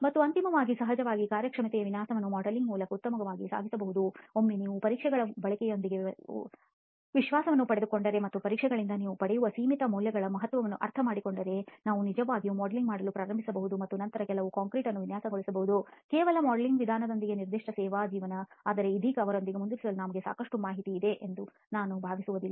ಮತ್ತು ಅಂತಿಮವಾಗಿ ಸಹಜವಾಗಿ ಕಾರ್ಯಕ್ಷಮತೆಯ ವಿನ್ಯಾಸವನ್ನು ಮಾಡೆಲಿಂಗ್ ಮೂಲಕ ಉತ್ತಮವಾಗಿ ಸಾಧಿಸಬಹುದು ಒಮ್ಮೆ ನಾವು ಈ ಪರೀಕ್ಷೆಗಳ ಬಳಕೆಯೊಂದಿಗೆ ವಿಶ್ವಾಸವನ್ನು ಪಡೆದುಕೊಂಡರೆ ಮತ್ತು ಈ ಪರೀಕ್ಷೆಗಳಿಂದ ನಾವು ಪಡೆಯುವ ಸೀಮಿತ ಮೌಲ್ಯಗಳ ಮಹತ್ವವನ್ನು ಅರ್ಥಮಾಡಿಕೊಂಡರೆ ನಾವು ನಿಜವಾಗಿಯೂ ಮಾಡೆಲಿಂಗ್ ಮಾಡಲು ಪ್ರಾರಂಭಿಸಬಹುದು ಮತ್ತು ನಂತರ ಕೆಲವು ಕಾಂಕ್ರೀಟ್ ಅನ್ನು ವಿನ್ಯಾಸಗೊಳಿಸಬಹುದು ಕೇವಲ ಮಾಡೆಲಿಂಗ್ ವಿಧಾನದೊಂದಿಗೆ ನಿರ್ದಿಷ್ಟ ಸೇವಾ ಜೀವನ ಆದರೆ ಇದೀಗ ಅದರೊಂದಿಗೆ ಮುಂದುವರಿಯಲು ನಮಗೆ ಸಾಕಷ್ಟು ಮಾಹಿತಿ ಇದೆ ಎಂದು ನಾನು ಭಾವಿಸುವುದಿಲ್ಲ